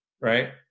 Right